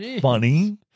funny